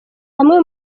amwe